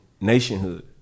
nationhood